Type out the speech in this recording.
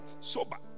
sober